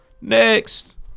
next